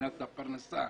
מבחינת הפרנסה,